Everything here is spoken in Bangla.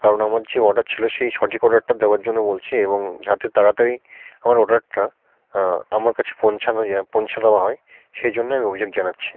কারণ আমার যে অর্ডার ছিল সেই সঠিক অর্ডারটা দেওয়ার জন্য বলছি এবং যাতে তাড়াতাড়ি আমার অর্ডারটা আমার কাছে পৌঁছানো যায় পৌঁছে দেওয়া হয় সেই জন্যে আমি অভিযোগ জানাচ্ছি